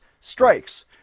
strikes